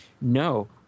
no